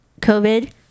COVID